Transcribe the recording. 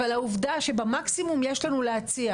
אבל העובדה שמקסימום יש לנו להציע,